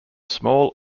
small